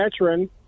veteran